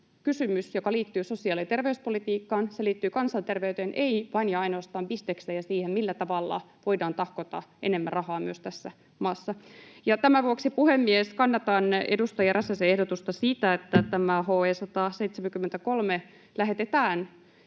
kysymys, joka liittyy sosiaali- ja terveyspolitiikkaan, se liittyy kansanterveyteen, ei vain ja ainoastaan bisnekseen ja siihen, millä tavalla voidaan tahkota enemmän rahaa myös tässä maassa. Tämän vuoksi, puhemies, kannatan edustaja Räsäsen ehdotusta siitä, että tämä HE 173 lähetetään